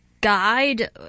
guide